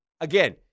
again